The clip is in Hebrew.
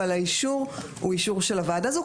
אבל האישור הוא אישור של הוועדה הזו.